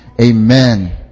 amen